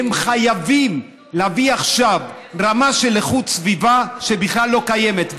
הם חייבים להביא עכשיו רמה של איכות סביבה שבכלל לא קיימת,